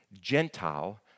Gentile